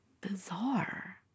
bizarre